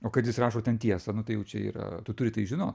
o kad jis rašo ten tiesą nu tai jau čia yra tu turi tai žinot